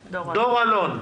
אלון,